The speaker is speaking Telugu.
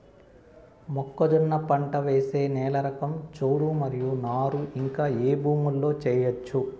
మొక్కజొన్న పంట వేసే నేల రకం చౌడు మరియు నారు ఇంకా ఏ భూముల్లో చేయొచ్చు?